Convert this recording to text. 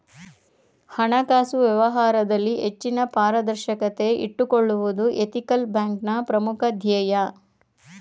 ಹಣಕಾಸು ವ್ಯವಹಾರದಲ್ಲಿ ಹೆಚ್ಚಿನ ಪಾರದರ್ಶಕತೆ ಇಟ್ಟುಕೊಳ್ಳುವುದು ಎಥಿಕಲ್ ಬ್ಯಾಂಕ್ನ ಪ್ರಮುಖ ಧ್ಯೇಯ